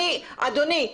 אדוני.